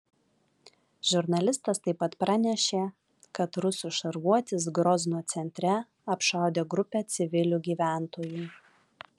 žurnalistas taip pat pranešė kad rusų šarvuotis grozno centre apšaudė grupę civilių gyventojų